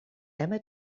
emma